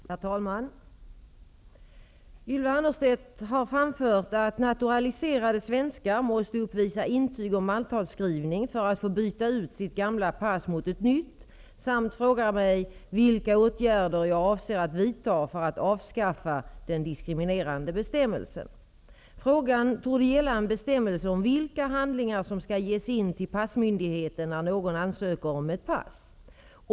Herr talman! Ylva Annerstedt har framfört att naturaliserade svenskar måste uppvisa intyg om mantalsskrivning för att få byta ut sitt gamla pass mot ett nytt samt frågat mig vilka åtgärder jag avser att vidta för att avskaffa den diskriminerande bestämmelsen. Frågan torde gälla en bestämmelse om vilka handlingar som skall ges in till passmyndigheten när någon ansöker om ett pass.